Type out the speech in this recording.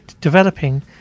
developing